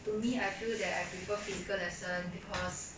to me I feel that I prefer physical lesson because